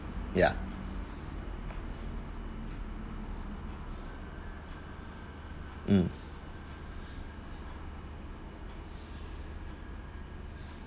yeah mm